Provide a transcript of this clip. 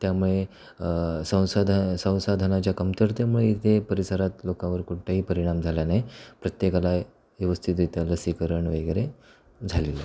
त्यामुळे संसाध संसाधनाच्या कमतरतेमुळे इथे परिसरात लोकावर कोणताही परिणाम झाला नाही प्रत्येकाला व्यवस्तितरित्या लसीकरण वगैरे झालेलं आहे